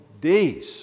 days